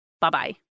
Bye-bye